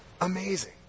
amazing